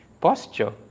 posture